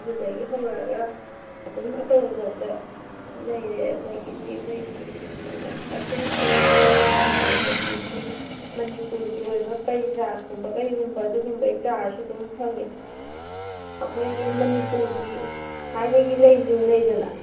ꯑꯗꯨꯗꯒꯤ ꯍꯧꯔꯛꯂꯒ ꯑꯗꯨꯝ ꯑꯆꯧꯕ ꯐꯥꯎꯕꯗ ꯂꯩꯔꯦ ꯑꯗꯒꯤꯗꯤ ꯑꯩꯈꯣꯏ ꯑꯥ ꯈ꯭ꯔꯥꯏꯁꯦꯟꯊꯤꯃꯝꯒꯨꯝꯕ ꯑꯗꯒꯤꯗꯤ ꯃꯅꯤꯄꯨꯔꯒꯤ ꯑꯣꯏꯕ ꯄꯔꯤꯖꯥꯠꯒꯨꯝꯕ ꯀꯩꯒꯨꯝꯕ ꯑꯗꯨꯒꯨꯝꯕꯩ ꯆꯥꯔꯁꯨ ꯑꯗꯨꯝ ꯐꯪꯉꯦ ꯑꯩꯈꯣꯏꯒꯤ ꯃꯅꯤꯄꯨꯔꯒꯤ ꯊꯥꯏꯅꯒꯤ ꯂꯩꯁꯤꯡ ꯂꯩꯗꯅ